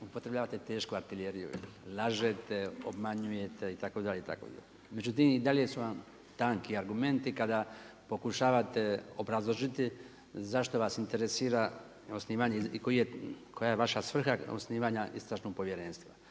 upotrebljavate tešku artiljeriju, lažete, obmanjujete itd. itd. Međutim, i dalje su vam tanki argumenti kada pokušavate obrazložiti zašto vas interesira osnivanje, koja je vaša svrha osnivanja istražnog povjerenstva.